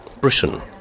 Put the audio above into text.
Britain